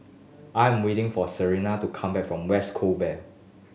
I'm waiting for Serina to come back from West Coast Vale